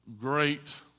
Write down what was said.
great